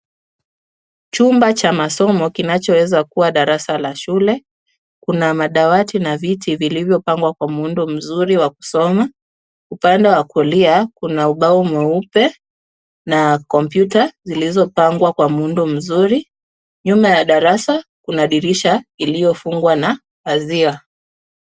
Chumba cha masomo kinachoweza kuwa darasa la shule. Kuna madawati na viti vilivyopangwa kwa muundo mzuri wa kusoma. Upande wa kulia kuna ubao mweupe na kompyuta zilizopangwa kwa muundo mzuri. Nyuma ya darasa kuna dirisha iliyofungwa na pazia.